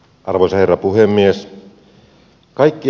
arvoisa herra puhemies